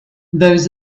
those